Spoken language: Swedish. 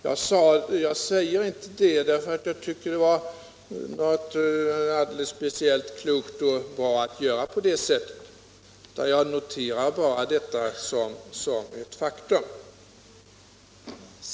Jag säger inte detta för att jag tycker det var speciellt klokt, utan bara som ett noterande av faktum.